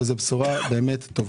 וזאת בשורה באמת טובה.